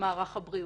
במערך הבריאות.